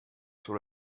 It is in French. sur